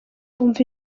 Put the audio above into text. umva